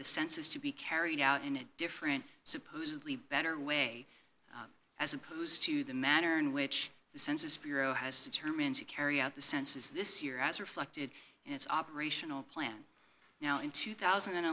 the census to be carried out in a different supposedly better way as opposed to the matter in which the census bureau has determined to carry out the census this year as reflected in its operational plan now in two thousand and